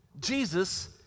Jesus